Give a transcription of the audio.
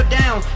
down